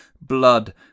blood